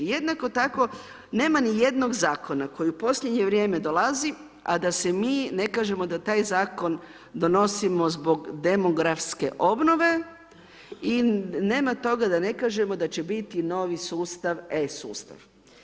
Jednako tako nema ni jednog zakona koji u posljednje vrijeme dolazi, a da se mi ne kažemo da taj zakon donosimo zbog demografske obnove i nema toga da ne kažemo da će biti novi sustav e-sustav.